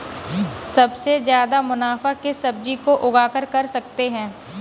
सबसे ज्यादा मुनाफा किस सब्जी को उगाकर कर सकते हैं?